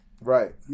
Right